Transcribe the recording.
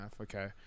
okay